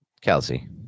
Kelsey